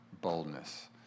Boldness